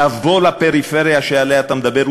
לבוא לפריפריה שעליה אתה מדבר,